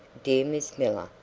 dear miss miller,